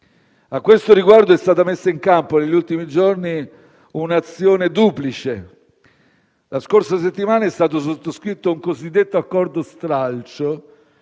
A questo riguardo, è stata messa in campo, negli ultimi giorni, una duplice azione: la scorsa settimana è stato sottoscritto un cosiddetto accordo stralcio